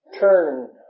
turn